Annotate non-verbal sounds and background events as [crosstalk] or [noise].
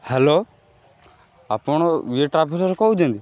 hello ଆପଣ [unintelligible] କହୁଛନ୍ତି